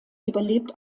überlebt